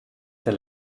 der